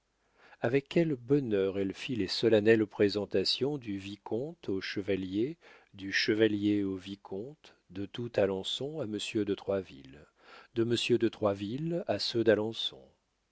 avec quel bonheur elle fit les solennelles présentations du vicomte au chevalier du chevalier au vicomte de tout alençon à monsieur de troisville de monsieur de troisville à ceux d'alençon